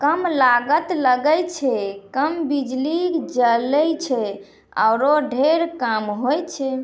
कम लागत लगै छै, कम बिजली जलै छै आरो ढेर काम होय छै